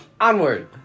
onward